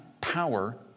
power